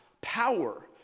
power